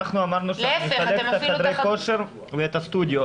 אמרנו שנחלק את חדרי הכושר ואת הסטודיו.